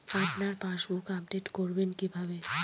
আপনার passbook update করবেন কিভাবে?